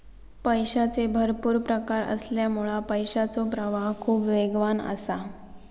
पैशाचे भरपुर प्रकार असल्यामुळा पैशाचो प्रवाह खूप वेगवान असा